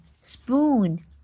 spoon